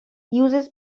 uses